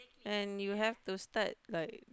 and you have to start like